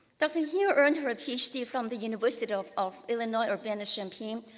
dr. he earned her ph d. from the university of of illinois urbana-champaign.